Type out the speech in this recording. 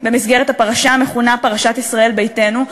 במסגרת הפרשה המכונה "פרשת ישראל ביתנו",